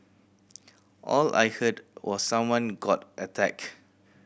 all I heard was someone got attacked